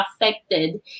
affected